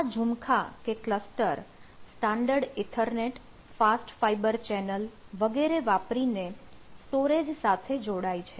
આ ઝુમખા standard ethernet fast fibre channel વગેરે વાપરીને સ્ટોરેજ સાથે જોડાય છે